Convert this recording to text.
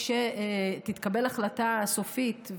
כשתתקבל החלטה סופית,